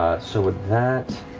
ah so with that,